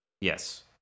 Yes